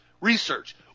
research